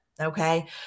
Okay